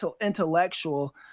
intellectual